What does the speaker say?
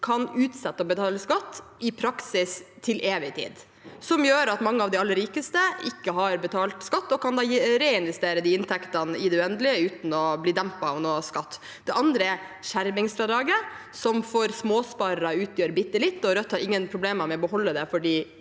kan utsette å betale skatt, i praksis til evig tid, som gjør at mange av de aller rikeste ikke har betalt skatt og da kan reinvestere de inntektene i det uendelige, uten å bli dempet av noe skatt. Det andre er skjermingsfradraget, som for småsparere utgjør bitte litt. Rødt har ingen problemer med å beholde det